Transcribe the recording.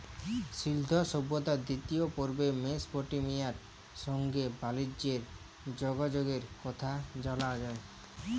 সিল্ধু সভ্যতার দিতিয় পর্বে মেসপটেমিয়ার সংগে বালিজ্যের যগাযগের কথা জালা যায়